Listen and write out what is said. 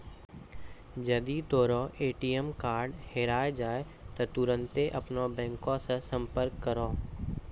जदि तोरो ATM card हेराय जाय त तुरन्ते अपनो बैंको से संपर्क करो